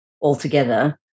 altogether